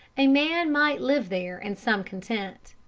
a man might live there in some content.